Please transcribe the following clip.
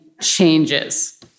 changes